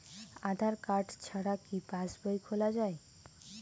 আধার card ছাড়া কি পাসবই খোলা যায়?